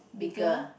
bigger